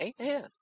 Amen